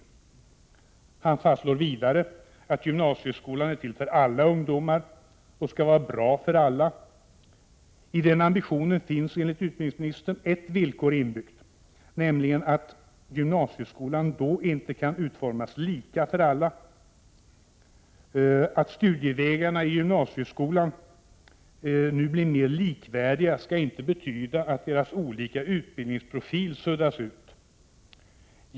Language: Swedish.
Utbildningsministern fastslår vidare att gymnasieskolan är till för alla ungdomar och skall vara bra för alla. I den ambitionen finns enligt utbildningsministern ett villkor inbyggt, nämligen att gymnasieskolan då inte kan utformas lika för alla. Att studievägarna i gymnasieskolan nu blir mer likvärdiga skall inte betyda att deras olika utbildningsprofil suddas ut.